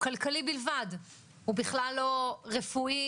ויש פה בעיה גם אתית קשה שאנו לא רוצים כחברה להיות